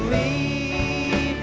a